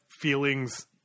feelings